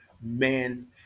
man